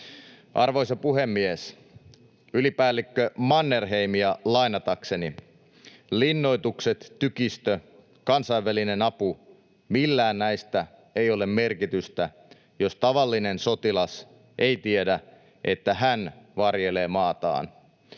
Arvoisa puhemies! Ylipäällikkö Mannerheimia lainatakseni: ”Linnoitukset, tykistö, kansainvälinen apu, millään näistä ei ole merkitystä, jos tavallinen sotilas ei tiedä, että hän varjelee maataan.”